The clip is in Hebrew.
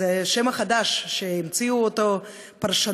זה השם החדש שהמציאו פרשנינו,